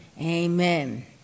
Amen